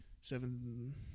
Seven